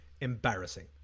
embarrassing